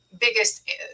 biggest